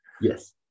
Yes